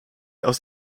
aus